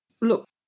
Look